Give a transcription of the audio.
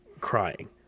crying